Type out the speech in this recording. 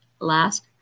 last